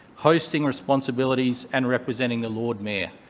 hosting responsibilities and representing the lord mayor.